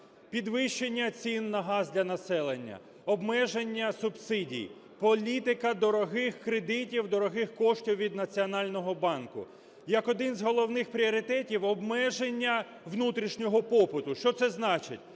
Підвищення цін на газ для населення, обмеження субсидій, політика дорогих кредитів, дорогих коштів від Національного банку, як один з головних пріоритетів – обмеження внутрішнього попиту. Що це значить?